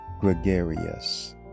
Gregarious